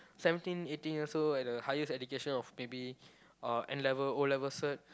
seventeen eighteen years old and the highest education of maybe N-level O-level cert